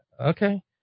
Okay